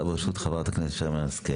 בראשות חברת הכנסת שרן מרים השכל.